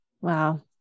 Wow